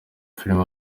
filime